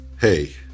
hey